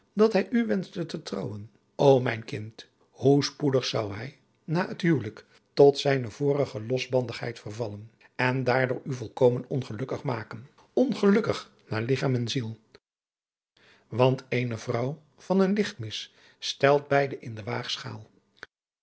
dat hij u wenschte te trouwen ô mijn kind hoe spoedig zou hij na het huwelijk tot zijne vorige losbandigheid vervallen en daardoor u volkomen ongelukkig maken ongelukkig naar ligchaam en ziel want eene vrouw van een lichtmis stelt beide in de waagschaal